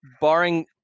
barring